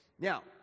Now